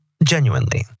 Genuinely